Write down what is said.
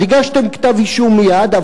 הגשתם כתב-אישום מייד,